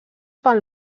pel